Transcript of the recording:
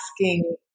asking